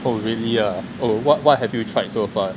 oh really ah oh what what have you tried so far